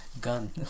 gun